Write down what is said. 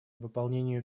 выполнению